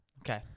Okay